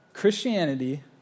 Christianity